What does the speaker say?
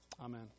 Amen